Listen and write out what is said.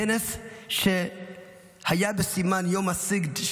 כנס שהיה בסימן יום הסיגד,